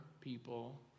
people